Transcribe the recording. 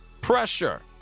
pressure